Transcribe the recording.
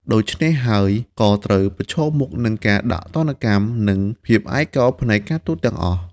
ដូច្នេះហើយក៏ត្រូវប្រឈមមុខនឹងការដាក់ទណ្ឌកម្ម និងភាពឯកោផ្នែកការទូតទាំងអស់ ។